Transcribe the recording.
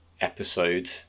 episode